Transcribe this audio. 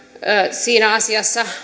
siinä asiassa